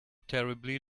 terribly